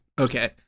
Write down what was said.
Okay